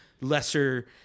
lesser